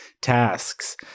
tasks